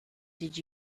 did